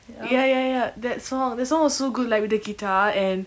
ya ya ya that song that song was so good like with the guitar and